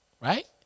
Right